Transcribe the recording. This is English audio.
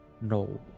No